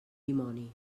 dimoni